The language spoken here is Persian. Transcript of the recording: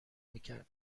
میکرد